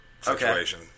situation